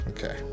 Okay